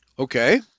Okay